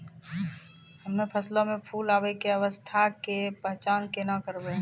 हम्मे फसलो मे फूल आबै के अवस्था के पहचान केना करबै?